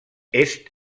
est